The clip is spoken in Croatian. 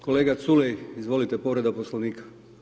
Kolega Culej, izvolite, povreda Poslovnika.